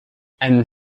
and